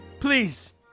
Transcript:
Please